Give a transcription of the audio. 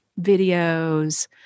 videos